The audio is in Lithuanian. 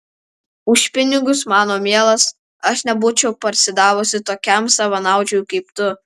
už pinigus mano mielas aš nebūčiau parsidavusi tokiam savanaudžiui kaip tu